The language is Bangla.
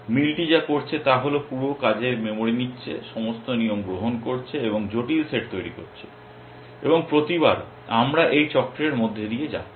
মিলটি যা করছে তা হল পুরো কাজের মেমরি নিচ্ছে সমস্ত নিয়ম গ্রহণ করছে এবং জটিল সেট তৈরি করছে এবং প্রতিবার আমরা এই চক্রের মধ্য দিয়ে যাচ্ছি